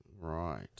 Right